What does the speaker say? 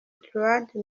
thyroïde